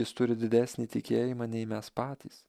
jis turi didesnį tikėjimą nei mes patys